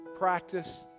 Practice